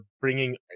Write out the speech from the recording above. bringing